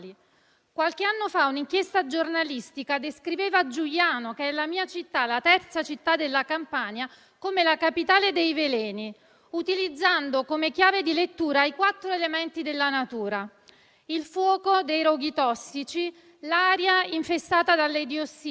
Nel 2010 il sito relativo alle discariche di Giugliano veniva definito dal Ministero dell'ambiente come Area vasta, ovvero area in cui i dati esistenti inducono a ritenere che la situazione ambientale sia particolarmente compromessa. Eppure, nel 2013